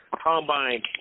Combine